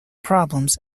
problems